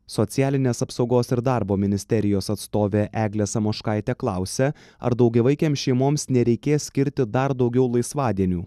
socialinės apsaugos ir darbo ministerijos atstovė eglė samoškaitė klausia ar daugiavaikėms šeimoms nereikės skirti dar daugiau laisvadienių